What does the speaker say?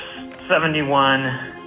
71